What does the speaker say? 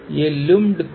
तो तुम क्या करते हो